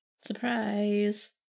Surprise